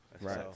Right